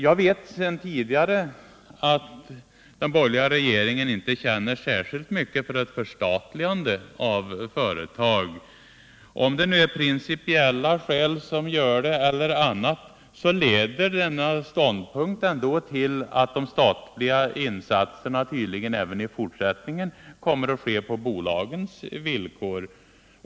Jag vet sedan tidigare att den borgerliga regeringen inte känner särskilt mycket för ett förstatligande av företag. Vare sig det är principiella skäl eller annat som gör att så är fallet leder denna ståndpunkt till att de statliga insatserna tydligen även i fortsättningen kommer att ske på bolagens villkor.